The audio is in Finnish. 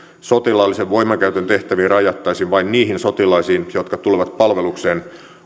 sotilaallisen voimankäytön tehtäviin rajattaisiin vain niihin sotilaisiin jotka tulevat palvelukseen